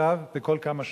כל כמה שעות: